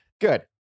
Good